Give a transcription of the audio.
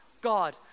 God